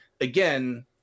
again